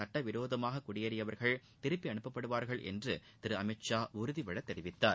சுட்ட விரோதமாக குடியேறிவர்கள் திருப்பி அனுப்பப்படுவார்கள் என்று திரு அமித் ஷா உறுதிபட தெரிவித்தார்